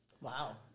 Wow